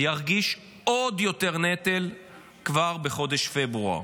ירגיש עוד יותר נטל כבר בחודש פברואר.